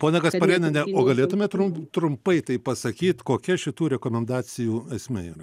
ponia kasparėniene o galėtumėt trum trumpai taip pasakyt kokia šitų rekomendacijų esmė yra